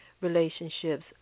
relationships